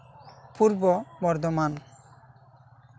Purba Bardhaman